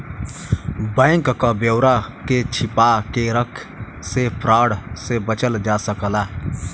bank क ब्यौरा के छिपा के रख से फ्रॉड से बचल जा सकला